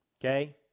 okay